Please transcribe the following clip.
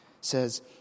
says